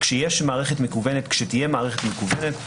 כשתהיה מערכת מקוונת,